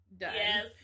Yes